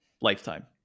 Lifetime